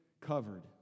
covered